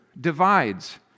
divides